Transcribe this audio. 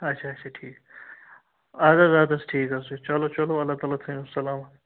اچھا اچھا ٹھیٖک اَد حظ اَد حظ ٹھیٖک حظ چھُ چلو چلو اللہ تعالیٰ تھٲینو سلامت